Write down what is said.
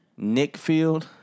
Nickfield